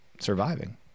surviving